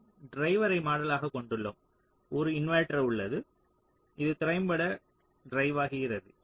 நாம் டிரைவரை மாடலாக கொண்டுள்ளோம் ஒரு இன்வெர்ட்டர் உள்ளது இது திறம்பட டிரைவாகிறது